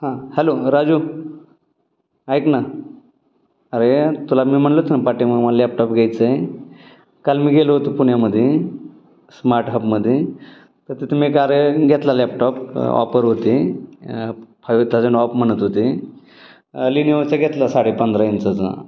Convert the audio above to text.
हां हॅलो राजू ऐक ना अरे तुला मी म्हणलो ना पाठीमागं मला लॅपटॉप घ्यायचं आहे काल मी गेलो होतो पुण्यामध्ये स्मार्ट हबमध्ये तर तिथे मी एक अरे घेतला लॅपटॉप ऑफर होती फायू थाउजंड ऑफ म्हणत होते लिनिओचं घेतला साडेपंधरा इंचाचा